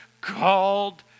called